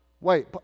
Wait